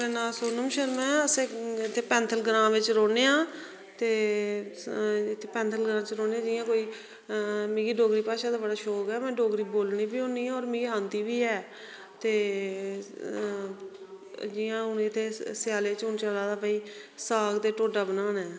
मेरा नां सोनम शर्मा ऐ असें इक इत्थे पैंथल ग्रां च रौहने आं ते इत्थै पैंथल ग्रां च रौहने आं जियां कोई मिगी डोगरी भाशा दा बड़ा शौक ऐ में डोगरी बोलनी बी होन्नी आं और मिं आंदी बी ऐ ते जियां हून स्याले च चला दा भाई साग ते ढोडा बनाने